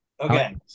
Okay